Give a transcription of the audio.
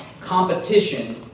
competition